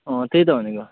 अँ त्यही त भनेको